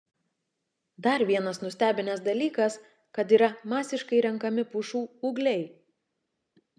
dar vienas nustebinęs dalykas kad yra masiškai renkami pušų ūgliai